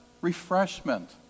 refreshment